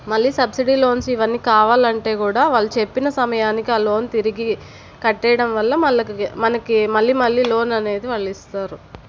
మళ్ళీ subsidy loans ఇవన్నీ కావాలంటే కూడా వాళ్ళు చెప్పిన సమయానికి ఆ లోన్ తిరిగి కట్టేయడం వల్ల మళ్ళ మనకి మళ్ళీ మళ్ళీ లోన్ అనేది వాళ్ళిస్తారు